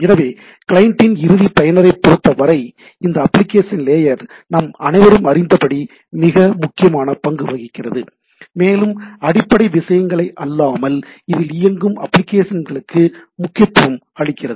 எனவே கிளையண்டின் இறுதி பயனரைப் பொருத்தவரை இந்த அப்ளிகேஷன் லேயர் நாம் அனைவரும் அறிந்தபடி மிக முக்கியமான பங்கு வகிக்கிறது மேலும் அடிப்படை விஷயங்களை அல்லாமல் இதில் இயங்கும் அப்ளிகேஷன்களுக்கு முக்கியத்துவம் அளிக்கிறது